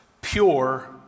pure